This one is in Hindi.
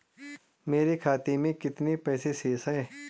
मेरे खाते में कितने पैसे शेष हैं?